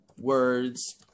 Words